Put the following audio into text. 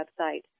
website